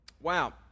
wow